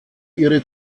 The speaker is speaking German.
ihre